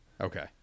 Okay